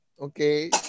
okay